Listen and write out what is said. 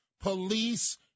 police